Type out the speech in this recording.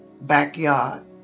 backyard